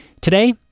Today